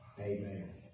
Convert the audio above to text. Amen